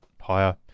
higher